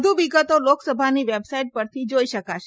વધુ વિગતો લોકસભાની વેબસાઇટ પરથી જોઇ શકાશે